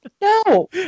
No